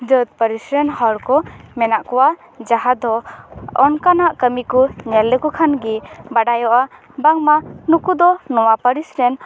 ᱡᱟᱹᱛ ᱯᱟᱹᱨᱤᱥ ᱨᱮᱱ ᱦᱚᱲ ᱠᱚ ᱢᱮᱱᱟᱜ ᱠᱚᱣᱟ ᱡᱟᱦᱟᱸ ᱫᱚ ᱚᱝᱠᱟᱱᱟᱜ ᱠᱟᱹᱢᱤ ᱠᱚ ᱧᱮᱞ ᱞᱮᱠᱚ ᱠᱷᱟᱱ ᱜᱮ ᱵᱟᱰᱟᱭᱚᱜᱼᱟ ᱵᱟᱝᱢᱟ ᱱᱩᱠᱩ ᱫᱚ ᱱᱚᱣᱟ ᱯᱟᱹᱨᱤᱥ ᱨᱮᱱ